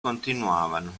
continuavano